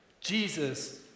Jesus